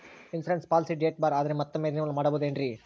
Insurance policy date ಬಾರ್ ಆದರೆ ಮತ್ತೊಮ್ಮೆ ರಿನಿವಲ್ ಮಾಡಿಸಬಹುದೇ ಏನ್ರಿ?